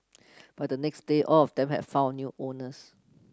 by the next day all of them had found new owners